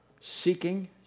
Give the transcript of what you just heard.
seeking